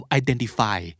identify